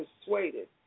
persuaded